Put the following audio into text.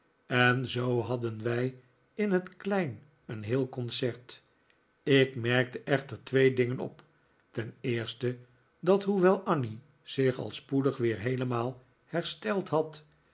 en zoo hadden wij in het klein een heel concert ik merkte echter twee dingen op ten eerste dat hoewel annie zich al spoedig weer heelemaal hersteld had